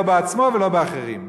בעצמו או באחרים.